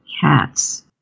cats